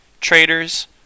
traders